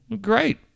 Great